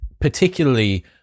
particularly